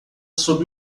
sob